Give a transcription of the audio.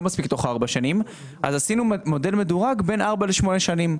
מספיק תוך ארבע שנים עשינו מודל מדורג בין ארבע לשמונה שנים.